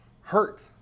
hurt